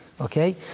okay